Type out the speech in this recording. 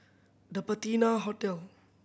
The Patina Hotel